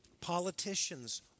Politicians